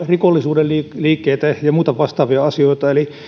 rikollisuuden liikkeitä ja ja muita vastaavia asioita pystytään kontrolloimaan eli